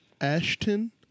Ashton